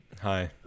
hi